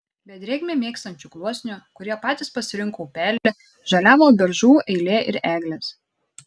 be drėgmę mėgstančių gluosnių kurie patys pasirinko upelį žaliavo beržų eilė ir eglės